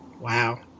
Wow